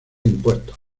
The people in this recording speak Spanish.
impuestos